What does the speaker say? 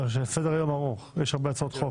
שסדר היום ארוך, ויש הרבה הצעות חוק.